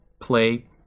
play